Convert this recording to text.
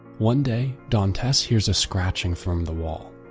one day dantes hears a scratching from the wall.